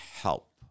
help